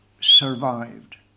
survived